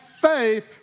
faith